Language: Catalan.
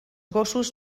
gossos